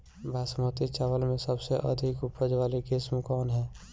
बासमती चावल में सबसे अधिक उपज वाली किस्म कौन है?